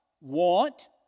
want